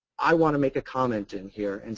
i want to make a comment in here. and